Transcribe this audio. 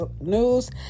News